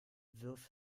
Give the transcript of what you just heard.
wirf